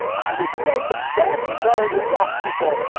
i would say the vast majority of black people,